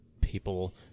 people